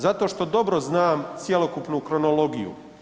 Zato što dobro znam cjelokupnu kronologiju.